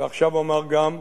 ועכשיו אומר גם: